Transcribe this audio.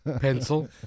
Pencil